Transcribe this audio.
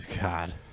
God